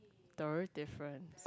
different